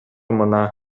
мына